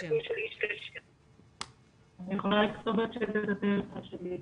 כאשר הוא מדווח לרשות המקומית על הממצאים שהוא מוצא.